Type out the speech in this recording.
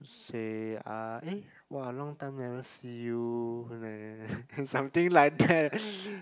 say ah eh !wah! long time never see you something like that